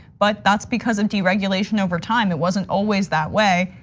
but that's because of deregulation over time. it wasn't always that way.